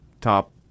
top